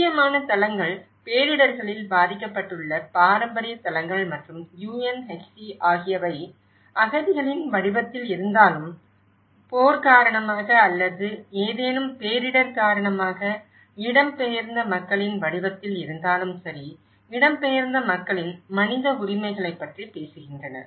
முக்கியமான தளங்கள் பேரிடர்களில் பாதிக்கப்பட்டுள்ள பாரம்பரிய தளங்கள் மற்றும் UNHC ஆகியவை அகதிகளின் வடிவத்தில் இருந்தாலும் போர் காரணமாக அல்லது ஏதேனும் பேரிடர் காரணமாக இடம்பெயர்ந்த மக்களின் வடிவத்தில் இருந்தாலும் சரி இடம்பெயர்ந்த மக்களின் மனித உரிமைகளைப் பற்றி பேசுகின்றன